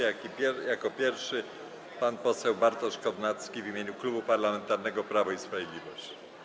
Jako pierwszy pan poseł Bartosz Kownacki w imieniu Klubu Parlamentarnego Prawo i Sprawiedliwość.